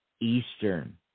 Eastern